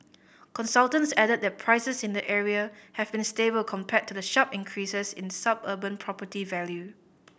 consultants added that prices in the area have been stable compared to the sharp increases in suburban property value